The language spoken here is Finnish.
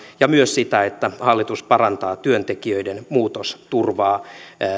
ja myös sitä että hallitus parantaa työntekijöiden muutosturvaa